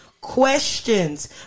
questions